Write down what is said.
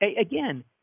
Again